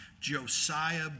Josiah